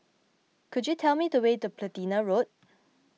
could you tell me the way to Platina Road